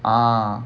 ah